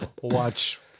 Watch